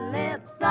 lips